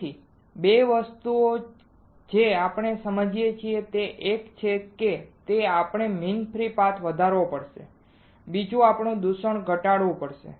તેથી 2 વસ્તુઓ જે આપણે સમજીએ છીએ તે એક છે કે આપણે મીન ફ્રી પાથ વધારવો પડશે બીજું આપણે દૂષણ ઘટાડવું પડશે